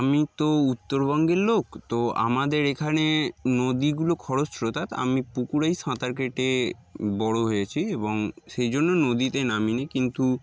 আমি তো উত্তরবঙ্গের লোক তো আমাদের এখানে নদীগুলো খরস্রোতা আমি পুকুরেই সাঁতার কেটে বড়ো হয়েছি এবং সেই জন্য নদীতে নামিনি কিন্তু